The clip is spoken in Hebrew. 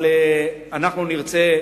אבל אנחנו נרצה,